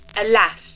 Alas